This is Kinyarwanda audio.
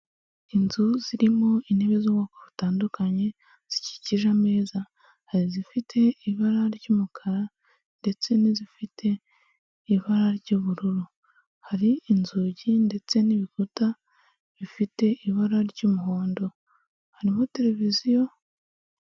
Inzu zirimo intebe z'ubwoko butandukanye, zikikije ameza, hari izifite ibara ry'umukara ndetse n'izifite ibara ry'ubururu, hari inzugi ndetse n'ibikuta bifite ibara ry'umuhondo, harimo televiziyo.